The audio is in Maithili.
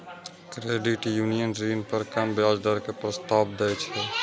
क्रेडिट यूनियन ऋण पर कम ब्याज दर के प्रस्ताव दै छै